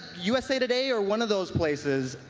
u s a. today or one of those places.